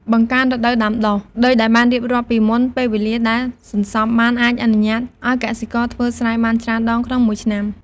បង្កើនរដូវដាំដុះ: ដូចដែលបានរៀបរាប់ពីមុន ពេលវេលាដែលសន្សំបានអាចអនុញ្ញាតឱ្យកសិករធ្វើស្រែបានច្រើនដងក្នុងមួយឆ្នាំ។